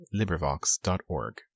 LibriVox.org